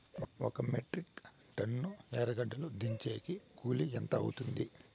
ఒక metric ton ఎర్రగడ్డలు దించేకి కూలి ఎంత అవుతుంది?